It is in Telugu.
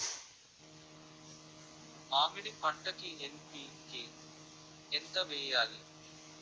మామిడి పంటకి ఎన్.పీ.కే ఎంత వెయ్యాలి?